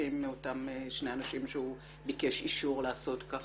הכספים מאותם שני אנשים שהוא ביקש אישור לעשות כך?